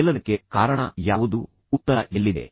ಇದೆಲ್ಲದಕ್ಕೆ ಕಾರಣ ಯಾವುದು ಉತ್ತರ ಎಲ್ಲಿದೆ